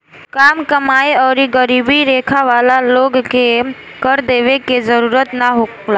काम कमाएं आउर गरीबी रेखा वाला लोग के कर देवे के जरूरत ना होला